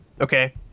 Okay